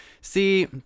see